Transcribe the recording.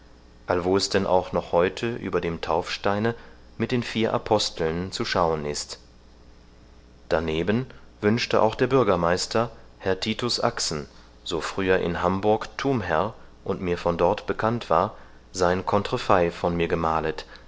allwo es denn auch noch heute über dem taufsteine mit den vier aposteln zu schauen ist daneben wünschte auch der bürgermeister herr titus axen so früher in hamburg thumherr und mir von dort bekannt war sein conterfey von mir gemalet